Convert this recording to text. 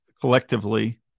collectively